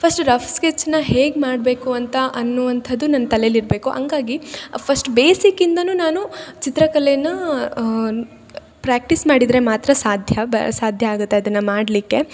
first rough ಸ್ಕೆಚ್ನ ಹೇಗೆ ಮಾಡಬೇಕು ಅಂತ ಅನ್ನುವಂಥದ್ದು ನನ್ನ ತಲೇಲಿ ಇರಬೇಕು ಹಂಗಾಗಿ ಫಸ್ಟ್ ಬೇಸಿಕ್ಕಿಂದ ನಾನು ಚಿತ್ರ ಕಲೆಯನ್ನು ಪ್ರಾಕ್ಟೀಸ್ ಮಾಡಿದರೆ ಮಾತ್ರ ಸಾಧ್ಯ ಬಾ ಸಾಧ್ಯ ಆಗುತ್ತೆ ಅದನ್ನು ಮಾಡಲ್ಲಿಕ್ಕೆ